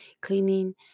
cleaning